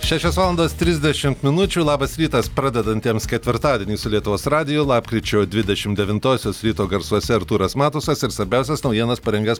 šešios valandos trisdešimt minučių labas rytas pradedantiems ketvirtadienį su lietuvos radiju lapkričio dvidešimt devintosios ryto garsuose artūras matusas ir svarbiausias naujienas parengęs